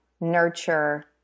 nurture